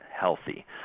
healthy